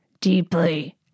deeply